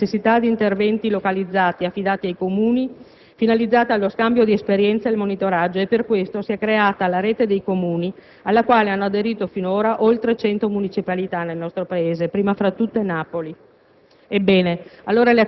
È emersa anche la necessità di interventi localizzati, affidati ai Comuni, finalizzata allo scambio di esperienze e al monitoraggio. Per questo si è creata la «Rete di Comuni», alla quale hanno aderito fino ad ora nel nostro Paese oltre 100 municipalità, prima fra tutte, Napoli.